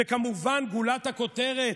וכמובן, גולת הכותרת: